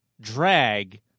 drag